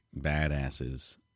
badasses